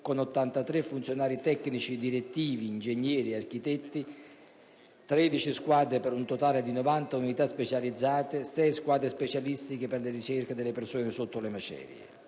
con 83 funzionari tecnici direttivi (ingegneri ed architetti), 13 squadre (per un totale di 90 unità specializzate), 6 squadre specialistiche per la ricerca delle persone sotto le macerie.